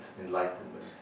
enlightenment